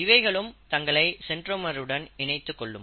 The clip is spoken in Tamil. இவைகளும் தங்களை சென்றோமருடன் இணைத்துக்கொள்ளும்